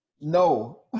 No